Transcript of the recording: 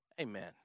Amen